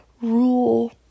rule